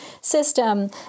system